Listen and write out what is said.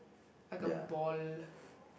like a ball